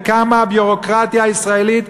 וכמה הביורוקרטיה הישראלית,